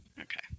Okay